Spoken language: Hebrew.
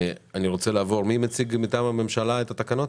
מי מטעם הממשלה מציג את התקנות?